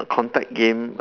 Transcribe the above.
contact game err